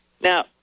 Now